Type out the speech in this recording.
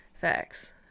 facts